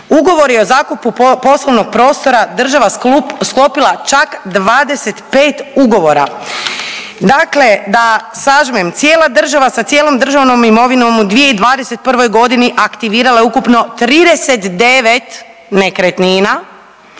Ugovori o zakupu poslovnog prostora država sklopila čak 25. ugovora. Dakle, da sažmem cijela država sa cijelom državnom imovinom u 2021. godini aktivirala je ukupno 39 nekretnina